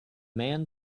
man